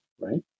right